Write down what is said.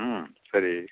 ம் சரி